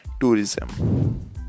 tourism